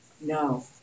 No